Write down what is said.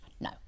No